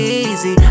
easy